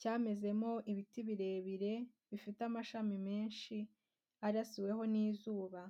cyamezemo ibiti birebire bifite amashami menshi arasiweho n'izuba.